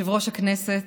יושב-ראש הכנסת,